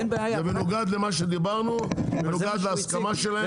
זה מנוגד למה שדיברנו, מנוגד להסכמה שלהם.